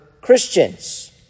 Christians